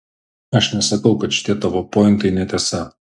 aš nesakau kad šitie tavo pointai netiesa